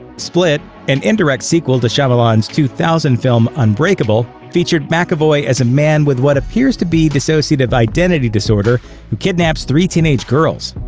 split, an indirect sequel to shyamalan's two thousand film unbreakable, featured mcavoy as a man with what appears to be dissociative identity disorder who kidnaps three teenage girls.